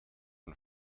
and